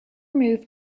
moved